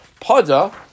Pada